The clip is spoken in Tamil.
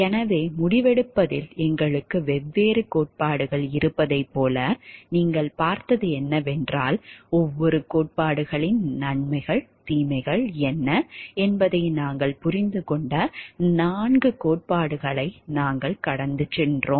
எனவே முடிவெடுப்பதில் எங்களுக்கு வெவ்வேறு கோட்பாடுகள் இருப்பதைப் போல நீங்கள் பார்த்தது என்னவென்றால் ஒவ்வொரு கோட்பாடுகளின் நன்மை தீமைகள் என்ன என்பதை நாங்கள் புரிந்துகொண்ட 4 கோட்பாடுகளை நாங்கள் கடந்து சென்றோம்